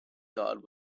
dodd